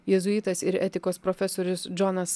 jėzuitas ir etikos profesorius džonas